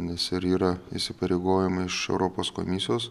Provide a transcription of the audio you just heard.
nes ir yra įsipareigojamai iš europos komisijos